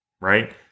right